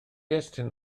estyn